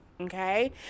okay